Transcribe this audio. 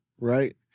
right